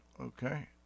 Okay